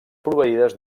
proveïdes